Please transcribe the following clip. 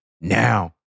now